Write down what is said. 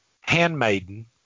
handmaiden